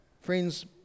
Friends